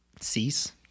cease